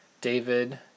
david